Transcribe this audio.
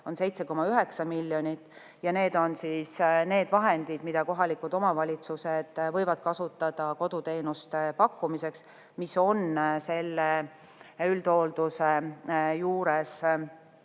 on 7,9 miljonit. Need on need vahendid, mida kohalikud omavalitsused võivad kasutada koduteenuste pakkumiseks, mis on selle üldhoolduse juures ülioluline.